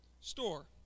Store